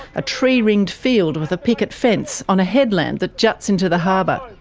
a tree-ringed field with a picket fence, on a headland that juts into the harbour.